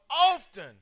often